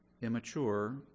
Immature